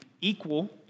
equal